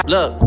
Look